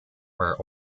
where